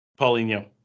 Paulinho